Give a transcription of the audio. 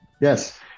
Yes